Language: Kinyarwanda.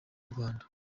rwanda